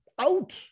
Out